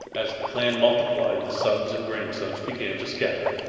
as the clan multiplied the sons and grandsons began to scatter.